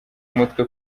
umutwe